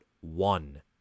one